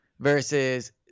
Versus